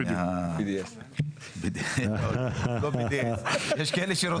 זה מידע שכמו שתומר אמר,